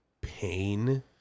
pain